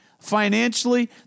financially